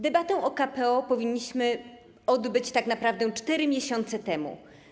Debatę o KPO powinniśmy odbyć tak naprawdę 4 miesiące temu.